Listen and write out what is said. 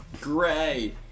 Gray